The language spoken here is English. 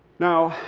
now,